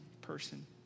person